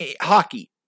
hockey